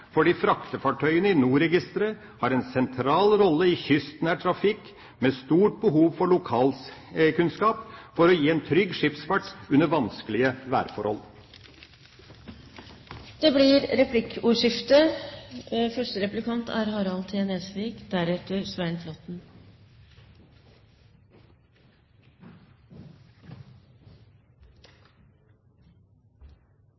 fordi fraktefartøyene i NOR har en sentral rolle i kystnær trafikk, med stort behov for lokalkunnskap for å gi en trygg skipsfart under vanskelige værforhold. Det blir replikkordskifte – første replikant er Harald T. Nesvik, deretter Svein